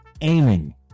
Aiming